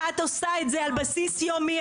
את עושה את זה על בסיס יומי,